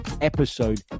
episode